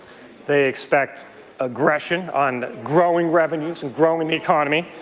they expect aggression on growing revenues, and growing economy.